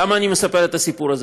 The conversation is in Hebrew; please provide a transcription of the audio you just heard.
למה אני מספר את הסיפור הזה,